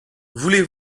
voulez